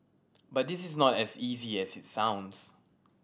but this is not as easy as it sounds